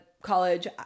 college